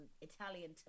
Italian